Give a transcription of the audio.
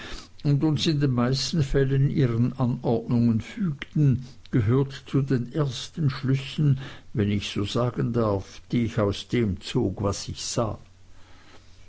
und uns in den meisten fällen ihren anordnungen fügten gehört zu den ersten schlüssen wenn ich so sagen darf die ich aus dem zog was ich sah